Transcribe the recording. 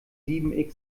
sieben